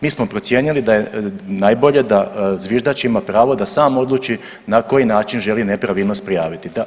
Mi smo procijenili da je najbolje da zviždač ima pravo da sam odluči na koji način želi nepravilnost prijaviti.